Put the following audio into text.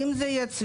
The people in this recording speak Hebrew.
אם זה יצליח,